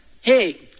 Hey